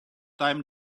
time